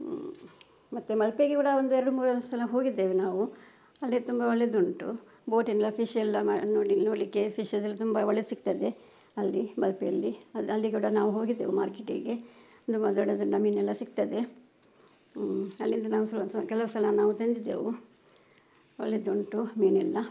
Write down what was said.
ಮತ್ತು ಮಲ್ಪೆಗೆ ಕೂಡ ಒಂದು ಎರಡು ಮೂರು ಸಲ ಹೋಗಿದ್ದೇವೆ ನಾವು ಅಲ್ಲಿ ತುಂಬ ಒಳ್ಳೆಯದುಂಟು ಬೋಟೆಲ್ಲ ಫಿಶ್ಶೆಲ್ಲ ನೋಡಲಿಕ್ಕೆ ಫಿಶ್ ಅದೆಲ್ಲ ತುಂಬ ಒಳ್ಳೆಯ ಸಿಗ್ತದೆ ಅಲ್ಲಿ ಮಲ್ಪೆಯಲ್ಲಿ ಅಲ್ಲಿ ಅಲ್ಲಿ ಕೂಡ ನಾವು ಹೋಗಿದ್ದೆವು ಮಾರ್ಕೆಟ್ಟಿಗೆ ತುಂಬ ದೊಡ್ಡ ದೊಡ್ಡ ಮೀನೆಲ್ಲ ಸಿಗ್ತದೆ ಅಲ್ಲಿಂದ ನಾವು ಕೆಲವು ಸಲ ನಾವು ತಂದಿದ್ದೆವು ಒಳ್ಳೆಯದುಂಟು ಮೀನೆಲ್ಲ